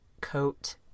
coat